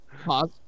pause